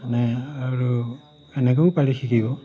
মানে আৰু এনেকৈও পাৰি শিকিব